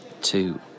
two